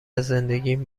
زندگیم